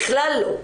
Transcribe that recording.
בכלל לא.